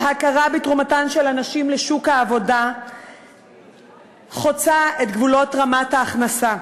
ההכרה בתרומתן של הנשים לשוק העבודה חוצה את גבולות רמת ההכנסה.